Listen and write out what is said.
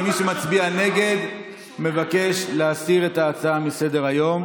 מי שמצביע נגד מבקש להסיר את ההצעה מסדר-היום.